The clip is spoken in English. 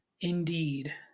indeed